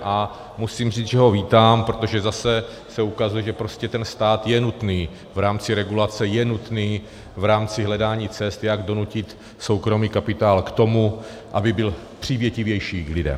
A musím říct, že ho vítám, protože zase se ukazuje, že prostě ten stát je nutný v rámci regulace, je nutný v rámci hledání cest, jak donutit soukromý kapitál k tomu, aby byl přívětivější k lidem.